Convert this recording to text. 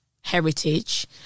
heritage